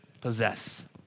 possess